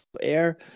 air